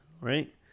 Right